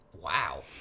Wow